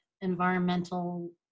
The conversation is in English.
environmental